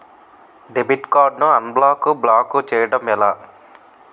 Debit card ను unblock block చేయటం ఎలా?